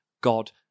God